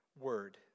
word